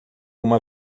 uma